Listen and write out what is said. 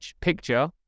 picture